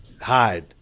hide